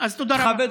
אז תודה רבה.